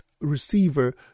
receiver